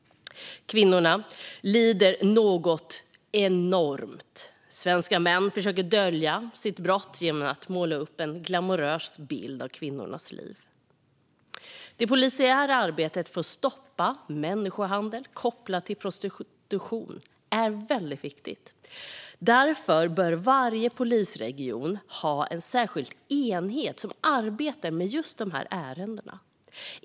Kvinnorna lider något enormt. Svenska män försöker dölja sitt brott genom att måla upp en glamorös bild av kvinnornas liv. Det polisiära arbetet för att stoppa människohandel kopplad till prostitution är väldigt viktigt. Därför bör varje polisregion ha en särskild enhet som arbetar med dessa ärenden.